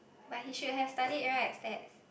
but he should have studied right stats